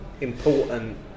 important